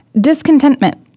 Discontentment